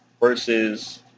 versus